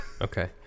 Okay